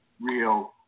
real